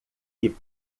que